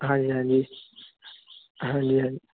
ਹਾਂਜੀ ਹਾਂਜੀ ਹਾਂਜੀ ਹਾਂਜੀ